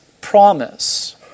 promise